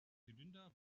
zylinder